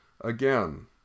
Again